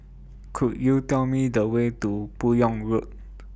Could YOU Tell Me The Way to Buyong Road